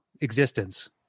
existence